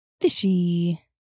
fishy